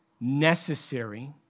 necessary